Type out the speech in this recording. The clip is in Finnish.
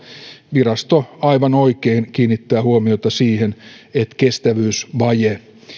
virasto aivan oikein kiinnittää huomiota siihen että kestävyysvaje